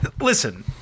Listen